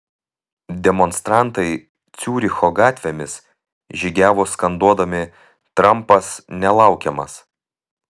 demonstrantai ciuricho gatvėmis žygiavo skanduodami trampas nelaukiamas